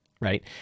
right